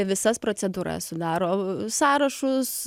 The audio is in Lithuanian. visas procedūras sudaro sąrašus